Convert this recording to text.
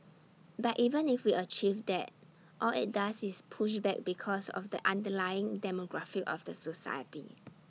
but even if we achieve that all IT does is push back because of the underlying demographic of the society